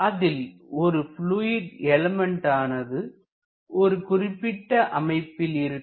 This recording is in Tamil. அதில் ஒரு பிலுயிட் எலிமெண்ட்டானது ஒரு குறிப்பிட்ட அமைப்பில் இருக்கும்